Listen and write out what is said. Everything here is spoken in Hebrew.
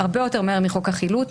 הרבה יותר מהר מחוק החילוט,